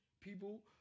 people